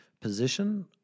position